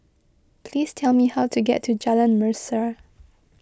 please tell me how to get to Jalan Mesra